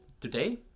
today